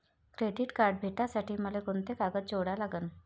Credit card भेटासाठी मले कोंते कागद जोडा लागन?